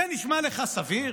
זה נשמע לך סביר?